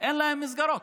אין מסגרות.